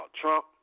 Trump